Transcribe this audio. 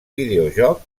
videojoc